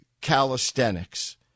calisthenics